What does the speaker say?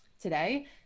today